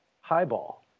highball